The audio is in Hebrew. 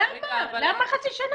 למה חצי שנה?